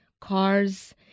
cars